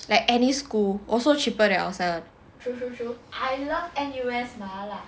like any school also cheaper than outside [one]